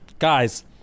Guys